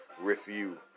review